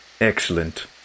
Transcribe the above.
Excellent